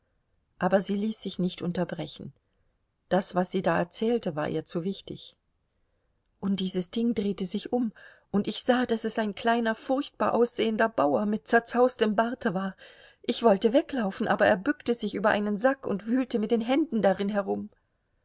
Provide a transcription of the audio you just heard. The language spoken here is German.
aber sie ließ sich nicht unterbrechen das was sie da erzählte war ihr zu wichtig und dieses ding drehte sich um und ich sah daß es ein kleiner furchtbar aussehender bauer mit zerzaustem barte war ich wollte weglaufen aber er bückte sich über einen sack und wühlte mit den händen darin herum